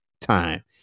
time